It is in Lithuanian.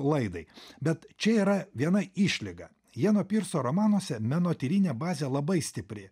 laidai bet čia yra viena išlyga ijano pirso romanuose menotyrinė bazė labai stipri